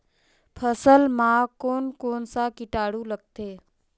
फसल मा कोन कोन सा कीटाणु लगथे?